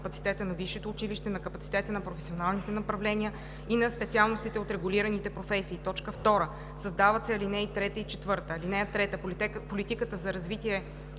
на капацитета на висшето училище, на капацитета на професионалните направления и на специалностите от регулираните професии;“. 2. Създават се ал. 3 и 4: „(3) Политиката за развитие